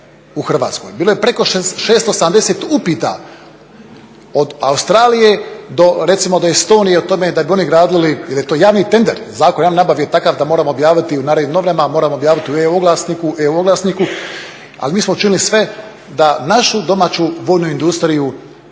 u Hrvatskoj. Bilo je preko 670 upita od Australije recimo do Estonije o tome da bi oni gradili jer je to javni tender, Zakon o javnoj nabavi je takav da moramo objaviti u Narodnim novinama, moramo objaviti u e-oglasniku, ali mi smo učinili sve da našu domaću vojnu industriju